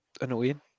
annoying